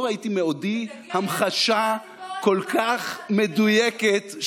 לא ראיתי מעודי המחשה כל כך מדויקת,